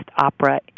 opera